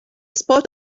spot